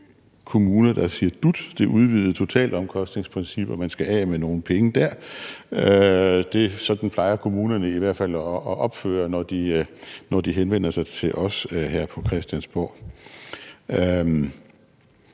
kommune, der siger dut, altså det udvidede totalbalanceprincip, og at man skal af med nogle penge der. Sådan plejer kommunerne i hvert fald at opføre sig, når de henvender sig til os her på Christiansborg.